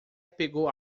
pegou